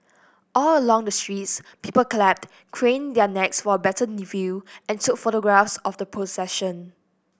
all along the streets people clapped craned their necks for a better look and took photographs of the procession